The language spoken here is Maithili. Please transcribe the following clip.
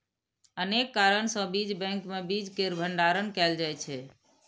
अनेक कारण सं बीज बैंक मे बीज केर भंडारण कैल जाइ छै